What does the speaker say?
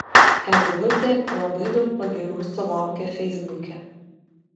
eglutė labai daug pagyrų sulaukia feisbuke